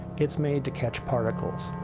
it's made to catch particles,